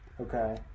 okay